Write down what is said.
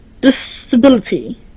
disability